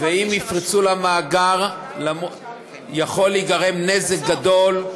ואם יפרצו למאגר יכול להיגרם נזק גדול,